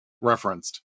referenced